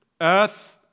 Earth